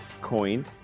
coined